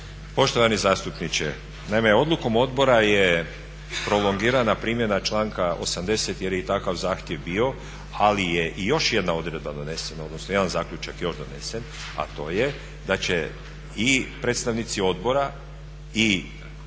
Poštovani zastupniče, naime odlukom odbora je prolongirana primjena članka 80. jer je i takav zahtjev bio ali je i još jedna odredba donesena, odnosno jedan zaključak je još donesen a to je da će i predstavnici odbora i Vlade i